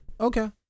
Okay